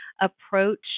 approach